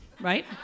right